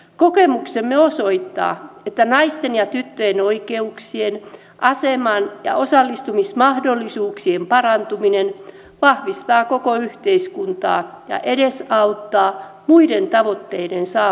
kokemuksemme osoittaa että naisten ja tyttöjen oikeuksien aseman ja osallistumismahdollisuuksien parantuminen vahvistaa koko yhteiskuntaa ja edesauttaa muiden tavoitteiden saavuttamista